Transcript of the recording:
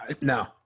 No